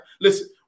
listen